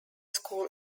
school